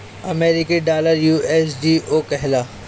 अमरीकी डॉलर यू.एस.डी.ओ कहाला